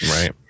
right